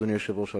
אדוני היושב-ראש,